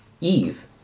Eve